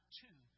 two